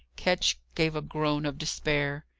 ketch gave a groan of despair.